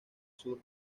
sur